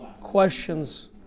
questions